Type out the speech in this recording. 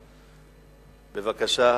בבקשה.